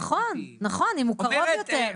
נכון, נכון אם הוא קרוב יותר.